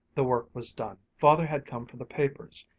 the work was done, father had come for the papers,